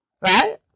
Right